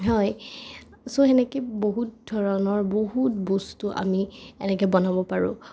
হয় চ' সেনেকৈ বহুত ধৰণৰ বহুত বস্তু আমি এনেকৈ বনাব পাৰোঁ